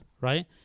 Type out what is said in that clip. right